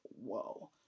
whoa